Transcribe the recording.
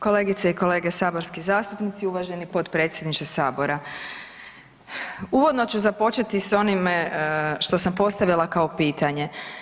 Kolegice i kolege saborski zastupnici, uvaženi potpredsjedniče sabora, uvodno su započeti sa onime što sam postavila kao pitanje.